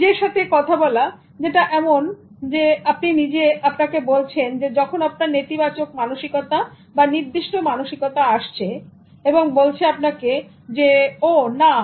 নিজের সাথে কথা বলা এটা যেমন আপনি নিজে আপনাকে বলছেন যখন আপনার নেতিবাচক মানসিকতা নির্দিষ্ট মানসিকতা আসছে এবং বলছে আপনাকে ও না